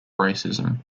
racism